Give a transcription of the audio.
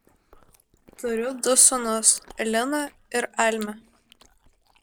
turiu du sūnus liną ir almį